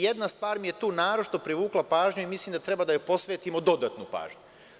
Jedna stvar mi je tu naročito privukla pažnju i mislim da treba da joj posvetimo dodatnu pažnju.